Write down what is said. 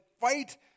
fight